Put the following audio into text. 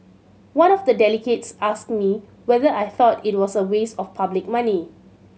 one of the delegates asked me whether I thought it was a waste of public money